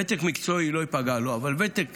ותק מקצועי לא ייפגע לו, אבל ותק